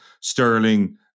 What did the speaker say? sterling